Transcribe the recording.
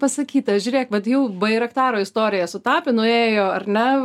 pasakyta žiūrėk vat jau bairaktaro istorija su tapinu ėjo ar ne